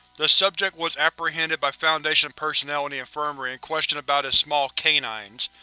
the subject was apprehended by foundation personnel in the infirmary and questioned about his small canines.